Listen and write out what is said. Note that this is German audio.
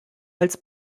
als